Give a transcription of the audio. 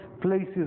places